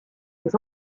des